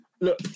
Look